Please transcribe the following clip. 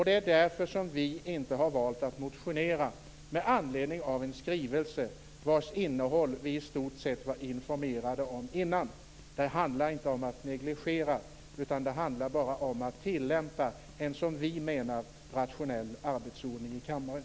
Det är därför vi har valt att inte motionera med anledning av en skrivelse vars innehåll vi i stort sett var informerade om innan den kom. Det handlar inte om att negligera, utan bara om att tillämpa en, som vi menar, rationell arbetsordning i kammaren.